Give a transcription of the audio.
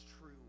true